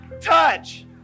touch